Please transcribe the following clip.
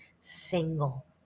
single